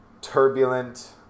turbulent